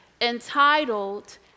entitled